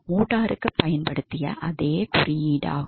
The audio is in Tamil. மோட்டருக்கு பயன்படுத்திய அதே குறியீடாகும்